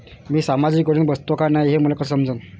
मी सामाजिक योजनेत बसतो का नाय, हे मले कस समजन?